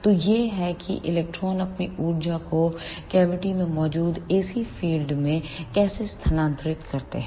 तो यह है कि इलेक्ट्रॉन अपनी ऊर्जा को कैविटी में मौजूद AC फील्ड में कैसे स्थानांतरित करते हैं